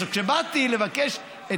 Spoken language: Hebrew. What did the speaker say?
עכשיו, כשבאתי לבקש את